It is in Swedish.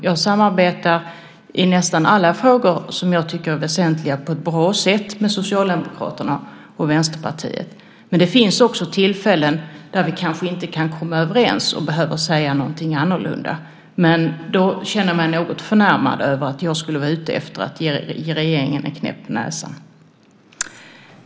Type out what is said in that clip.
Jag samarbetar i nästan alla frågor som jag tycker är väsentliga på ett bra sätt med Socialdemokraterna och Vänsterpartiet. Det finns också tillfällen där vi inte kan komma överens och man behöver säga något annorlunda. Men jag känner mig något förnärmad över att jag skulle vara ute efter att ge regeringen en knäpp på näsan.